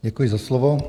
Děkuji za slovo.